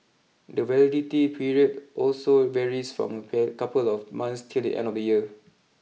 the validity period also varies from a pair couple of months till the end of the year